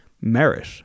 merit